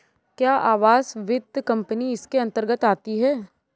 क्या आवास वित्त कंपनी इसके अन्तर्गत आती है?